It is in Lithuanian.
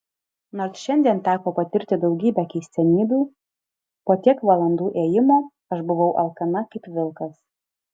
nors šiandien teko patirti daugybę keistenybių po tiek valandų ėjimo aš buvau alkana kaip vilkas